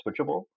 switchable